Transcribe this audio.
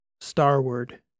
Starward